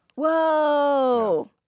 Whoa